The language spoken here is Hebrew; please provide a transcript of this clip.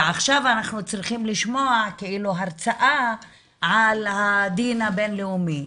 ועכשיו אנחנו צריכים לשמוע כאילו הרצאה על הדין הבין-לאומי.